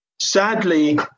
Sadly